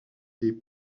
des